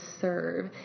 serve